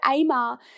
Amar